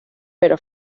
pero